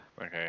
Okay